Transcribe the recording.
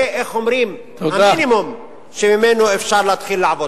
זה המינימום שממנו אפשר להתחיל לעבוד.